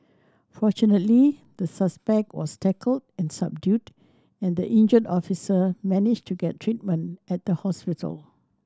fortunately the suspect was tackled and subdued and the injured officer managed to get treatment at the hospital